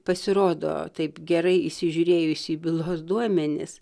pasirodo taip gerai įsižiūrėjusi į bylos duomenis